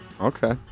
Okay